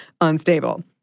unstable